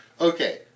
Okay